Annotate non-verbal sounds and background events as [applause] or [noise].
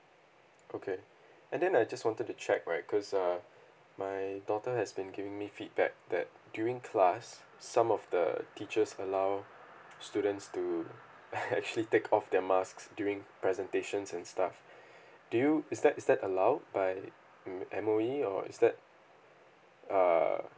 okay and then I just wanted to check right cause uh my daughter has been giving me feedback that during class some of the teachers allow students to [laughs] actually take off their masks during presentations and stuff do you is that is that allowed by mm M_O_E or is that err